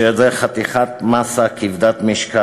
וזה חתיכת מאסה כבדת משקל.